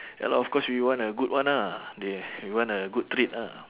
ya lor of course we want a good one lah they we want a good treat lah